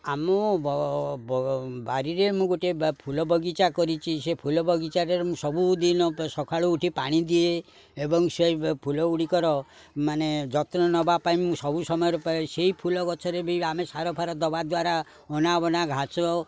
ଆମ ବାରିରେ ମୁଁ ଗୋଟିଏ ଫୁଲ ବଗିଚା କରିଛି ସେ ଫୁଲ ବଗିଚାରେ ମୁଁ ସବୁଦିନ ସକାଳୁ ଉଠି ପାଣି ଦିଏ ଏବଂ ସେ ଫୁଲ ଗୁଡ଼ିକର ମାନେ ଯତ୍ନ ନବା ପାଇଁ ମୁଁ ସବୁ ସମୟରେ ପାଏ ସେଇ ଫୁଲ ଗଛରେ ବି ଆମେ ସାର ଫାର ଦବା ଦ୍ୱାରା ଅନାବନା ଘାସ